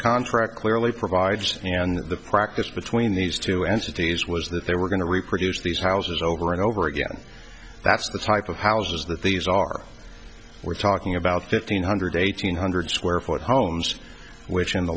contract clearly provides and the practice between these two entities was that they were going to reproduce these houses over and over again that's the type of houses that these are we're talking about fifteen hundred eighteen hundred square foot homes which in t